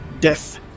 death